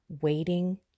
waiting